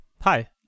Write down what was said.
Hi